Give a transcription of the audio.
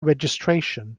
registration